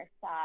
side